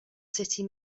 city